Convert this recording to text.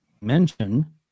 mention